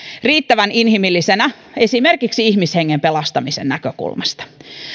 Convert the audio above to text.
riittävän inhimillisenä esimerkiksi ihmishengen pelastamisen näkökulmasta